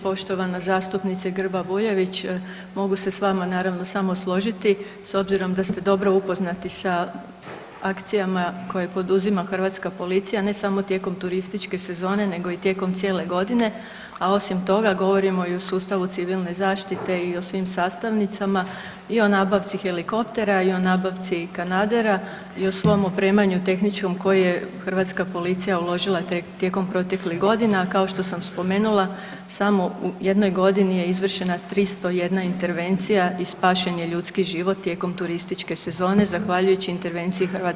Poštovana zastupnice Grba Bujević, mogu se s vama naravno samo složiti s obzirom da ste dobro upoznati sa akcijama koje poduzima Hrvatska policija ne samo tijekom turističke sezone nego i tijekom cijele godine a osim toga, govorimo i o sustavu civilne zaštite i o svim sastavnicama i o nabavci helikoptera i o nabavci kanadera i o svom opremanju tehničkom koji je Hrvatska policija uložila tijekom proteklih godina, kao što sam spomenula, samo u jednoj godini je izvršena 301 intervencija i spašen je ljudski život tijekom turističke sezone zahvaljujući intervenciji Hrvatske policije.